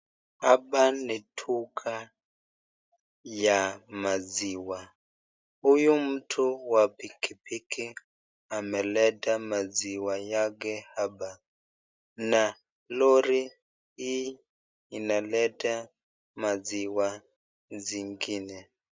Hapa ni duka ya maziwa, huyu mtu wa pikipiki ameleta maziwa yake hapa, na lori hii inaleta maziwa zingine.